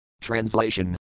Translation